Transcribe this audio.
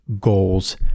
goals